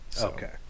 Okay